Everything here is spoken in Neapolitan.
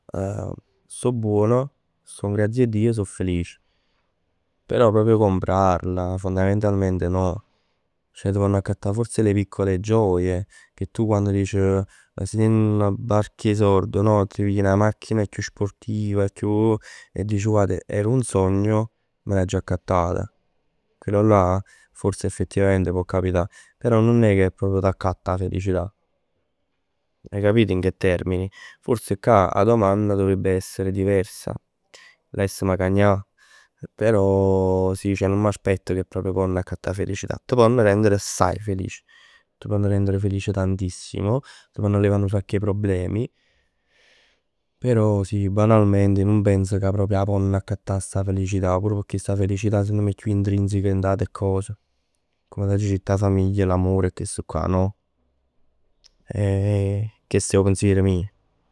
Sto buono, sto n'grazia 'e Dio, so felic. Però proprio comprarla fondamentalmente no. Ceh s' ponn accattà forse le piccole gioie che tu dici. Si tien 'na barca 'e sord no? T' pigli 'na macchina chiù sportiva. Dici ua era un sogno e me l'aggio accattata. Quello là forse effettivamente pò capità. Però nun è ca proprio t'accatt 'a felicità. Forse cà 'a domanda dovrebbe essere diversa. L'avessem cagnà. Però sì nun m'aspetto che proprio quann t'accatt 'a felicità. T' ponn rendere assaje felici. T' ponn rendere felici tantissimo. T' ponn levà nu sacco 'e problemi. Però sì banalmente ij nun penso che proprio 'a ponn accattà sta felicità, pure pecchè secondo me 'a felicità è chiù intrinseca dint 'a ate cose. Come t'aggio ditt, 'a famiglia, l'amore e chestu'ccà no? Chest è 'o pensier mij.